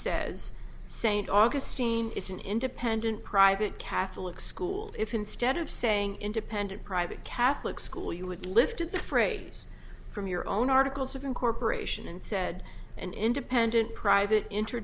says st augustine is an independent private catholic school if instead of saying independent private catholic school you had lifted the phrase from your own articles of incorporation and said an independent private inter